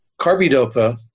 Carbidopa